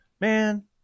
man